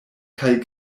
kaj